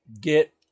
Get